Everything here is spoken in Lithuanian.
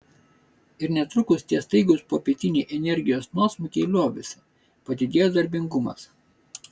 ir netrukus tie staigūs popietiniai energijos nuosmukiai liovėsi padidėjo darbingumas